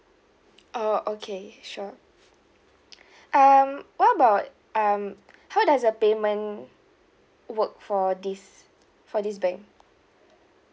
oh okay sure um what about um how does the payment work for this for this bank